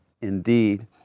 indeed